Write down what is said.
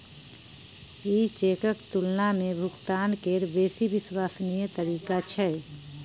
ई चेकक तुलना मे भुगतान केर बेसी विश्वसनीय तरीका छै